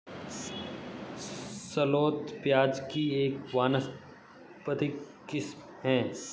shallot प्याज़ की एक वानस्पतिक किस्म है